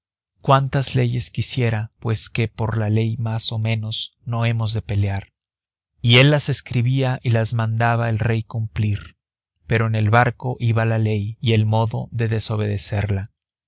cuantas leyes quisiera pues que por ley más o menos no hemos de pelear y él las escribía y las mandaba el rey cumplir pero en el barco iba la ley y el modo de desobedecerla